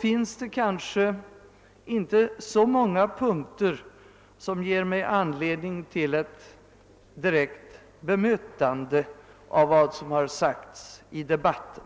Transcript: finns det inte så många punkter som ger mig anledning till ett direkt be mötande av vad som har sagts i debatten.